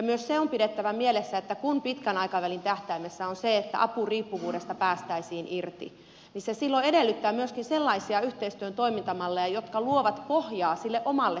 myös se on pidettävä mielessä että kun pitkän aikavälin tähtäimessä on se että apuriippuvuudesta päästäisiin irti niin se silloin edellyttää myöskin sellaisia yhteistyön toimintamalleja jotka luovat pohjaa sille omalle selviytymiselle